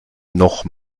noch